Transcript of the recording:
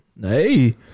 Hey